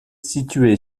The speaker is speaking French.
située